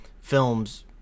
films